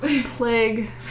plague